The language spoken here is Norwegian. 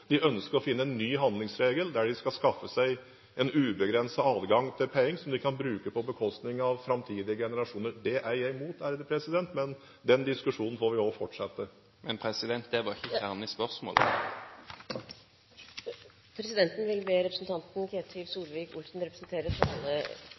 De ønsker å finne en ny handlingsregel, der de skal skaffe seg en ubegrenset adgang til penger som de kan bruke på bekostning av framtidige generasjoner. Det er jeg imot, men den diskusjonen får vi fortsette. Det var ikke kjernen i spørsmålet Presidenten vil be representanten Ketil